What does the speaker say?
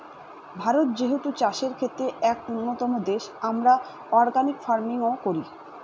ভারত যেহেতু চাষের ক্ষেত্রে এক উন্নতম দেশ, আমরা অর্গানিক ফার্মিং ও করি